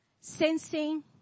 sensing